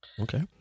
Okay